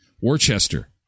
Worcester